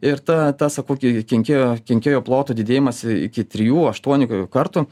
ir ta ta sakau ke kenkėjo kenkėjo plotų didėjimas iki trijų aštuonių kokių kartų